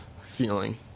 feeling